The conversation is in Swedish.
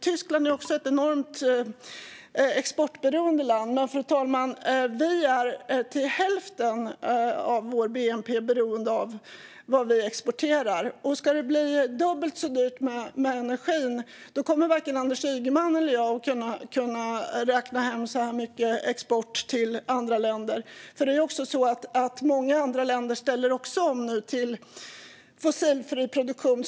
Tyskland är också ett enormt exportberoende land, fru talman, men för oss är hälften av bnp beroende av vad vi exporterar. Ska det bli dubbelt så dyrt med energin kommer varken Anders Ygeman eller jag att kunna räkna hem så här mycket export till andra länder. Det är nu många andra länder som också ställer om till fossilfri produktion.